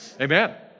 Amen